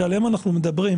שעליהם אנחנו מדברים,